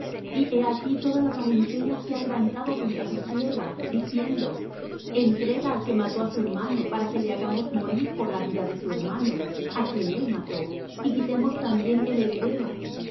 y he aquí toda la parentela se ha levantado contra tu sierva diciendo entrega al que mató á su hermano para que le hagamos morir por la vida de su hermano á quien él mató y quitemos también el heredero